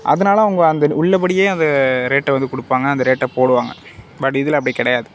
அதனால அவங்க அந்த உள்ளபடியே அந்த ரேட்டை வந்து கொடுப்பாங்க அந்த ரேட்டை போடுவாங்க பட் இதில் அப்படி கிடையாது